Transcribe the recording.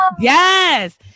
yes